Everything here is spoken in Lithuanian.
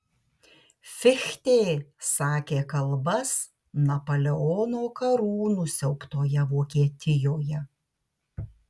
fichtė sakė kalbas napoleono karų nusiaubtoje vokietijoje